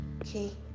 okay